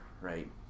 right